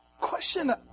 question